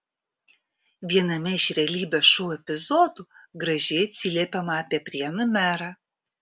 viename iš realybės šou epizodų gražiai atsiliepiama apie prienų merą